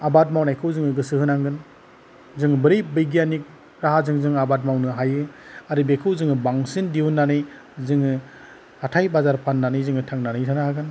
आबाद मावनायखौ जोङो गोसो होनांगोन जों बोरै बैग्यानिक राहाजों जों आबाद मावनो हायो आरो बेखौ जोङो बांसिन दिहुननानै जोङो हाथाय बाजार फाननानै जोङो थांनानै थानो हागोन